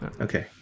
Okay